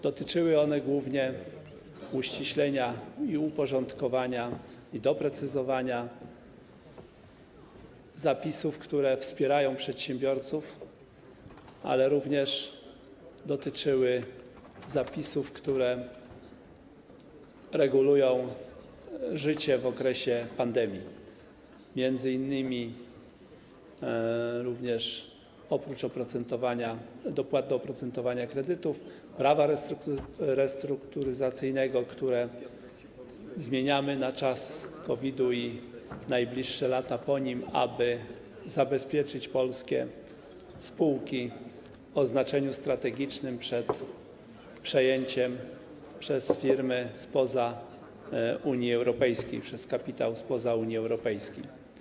Dotyczyły one głównie uściślenia, uporządkowania i doprecyzowania zapisów, które wspierają przedsiębiorców, ale również zapisów, które regulują życie w okresie pandemii, m.in. również, oprócz oprocentowania, dopłat do oprocentowania kredytów, Prawa restrukturyzacyjnego, które zmieniamy na czas COVID i najbliższe lata po nim, aby zabezpieczyć polskie spółki o znaczeniu strategicznym przed przejęciem przez firmy spoza Unii Europejskiej, przez kapitał spoza Unii Europejskiej.